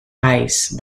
ice